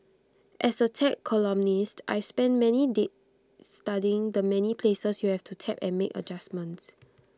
as A tech columnist I've spent many days studying the many places you have to tap and make adjustments